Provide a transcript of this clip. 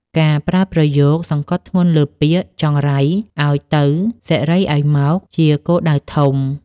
ការប្រើប្រយោគសង្កត់ធ្ងន់លើពាក្យ ចង្រៃឱ្យទៅ សិរីឱ្យមក ជាគោលដៅធំ។